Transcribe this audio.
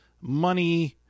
money